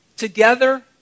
Together